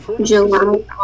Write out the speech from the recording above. July